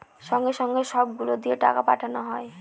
সঙ্গে সঙ্গে সব গুলো দিয়ে টাকা পাঠানো যায়